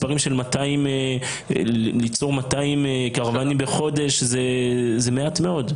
ליצור 200 קרוואנים בחודש זה מאוד.